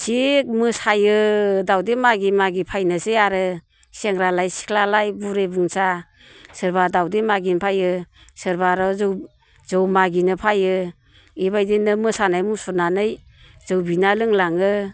थिग मोसायो दावदै मागि मागि फैनोसै आरो सेंग्रालाय सिख्लालाय बुरि बुंसा सोरबा दावदै मागिनो फैयो सोरबा आरो जौ जौ मागिनो फैयो बेबायदिनो मोसानाय मुसुरनानै जौ बिना लोंलाङो